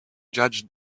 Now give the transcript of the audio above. judge